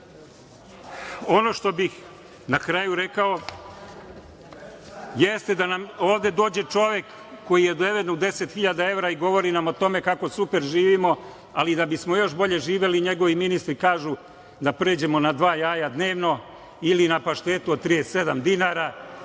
ono što bih na kraju rekao jeste da nam ovde dođe čovek koji je odeven u deset hiljada evra i govori nam o tome kako super živimo, ali da bismo još bolje živeli njegovi ministri kažu, da pređemo na dva jaja dnevno ili na paštetu od 37 dinara